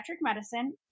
medicine